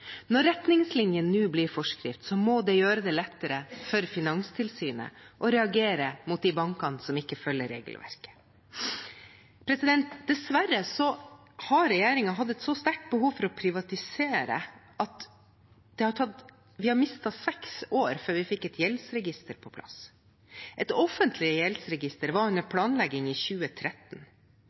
Når retningslinjene nå blir forskrift, må det gjøre det lettere for Finanstilsynet å reagere mot de bankene som ikke følger regelverket. Dessverre har regjeringen hatt et så sterkt behov for å privatisere at vi har mistet seks år før vi fikk et gjeldsregister på plass. Et offentlig gjeldsregister var under planlegging i 2013.